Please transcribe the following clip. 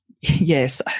yes